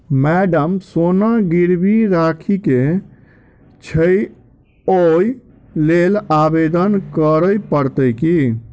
Madam सोना गिरबी राखि केँ छैय ओई लेल आवेदन करै परतै की?